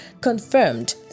confirmed